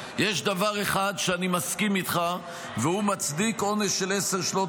הם הגישו את הצעת